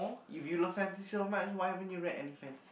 if you love fantasy so much why haven't you read and fans